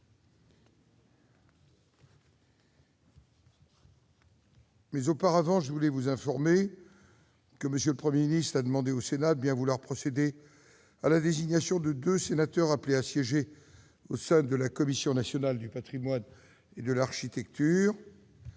de recueillement en sa mémoire. M. le Premier ministre a demandé au Sénat de bien vouloir procéder à la désignation de deux sénateurs appelés à siéger au sein de la commission nationale du patrimoine et de l'architecture.